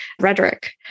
rhetoric